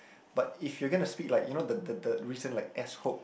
but if you gonna speak like you know the the the recent like S hook